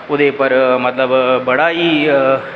ओह्दे पर मतलब बड़ा ई